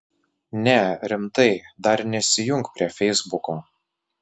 ne rimtai dar nesijunk prie feisbuko